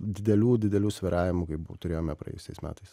didelių didelių svyravimų kaip turėjome praėjusiais metais